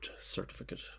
certificate